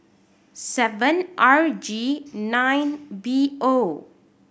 seven R G nine B O